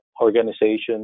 organizations